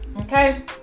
Okay